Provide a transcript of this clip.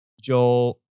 Joel